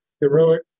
heroic